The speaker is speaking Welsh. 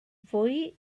fwy